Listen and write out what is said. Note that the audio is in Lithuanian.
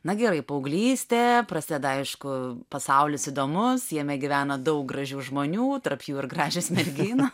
na gerai paauglystė prasideda aišku pasaulis įdomus jame gyvena daug gražių žmonių tarp jų ir gražios merginos